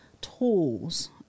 tools